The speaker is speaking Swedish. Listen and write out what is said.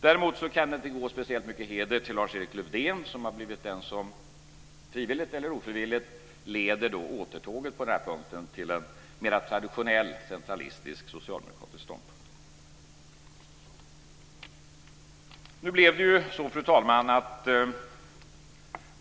Däremot kan det inte gå särskilt mycket heder till Lars-Erik Lövdén som har blivit den som, frivilligt eller ofrivilligt, på denna punkt leder återtåget till en mer traditionell centralistisk socialdemokratisk ståndpunkt. Fru talman!